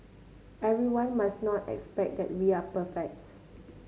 everyone must not expect that we are perfect